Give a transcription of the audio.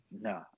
No